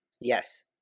Yes